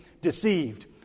deceived